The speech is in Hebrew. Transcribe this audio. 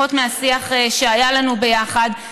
לפחות מהשיח שהיה לנו ביחד,